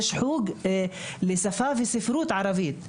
יש חוג לשפה וספרות ערבית.